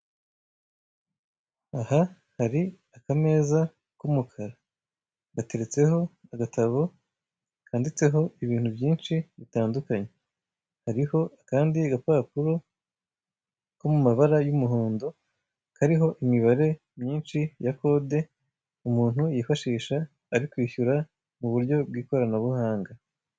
Aha hari akameza k'umukara, gateretseho agatabo kanditseho ibintu byinshi bitandukanye, hariho akandi gapapuro ko mu mabara y'umuhondo kariho imibare myinshi ya kode umuntu yifashisha ari kwishyura mu buryo bw'ikoranabuhanga.